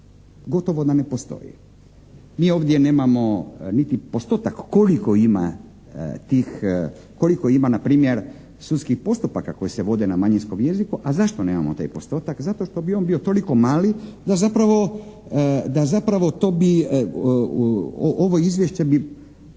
gotovo da ne postoji. Mi ovdje nemamo niti postotak koliko ima tih, koliko ima na primjer sudskih postupaka koji se vode na manjinskom jeziku, a zašto nemamo taj postotak, zato što bi on bio toliko mali da zapravo to bi ovo izvješće bi